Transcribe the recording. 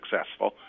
successful